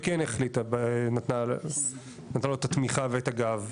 וכן החליטה ונתנה, נתנה לו את התמיכה ואת הגב.